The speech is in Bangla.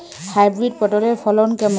হাইব্রিড পটলের ফলন কেমন?